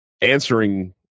answering